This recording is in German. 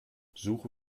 suche